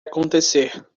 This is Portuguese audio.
acontecer